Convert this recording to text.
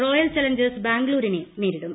royal Challengers ബാംഗ്ലരിനെ നേരിടും